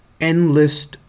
endless